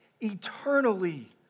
eternally